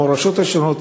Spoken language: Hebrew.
המורשות השונות,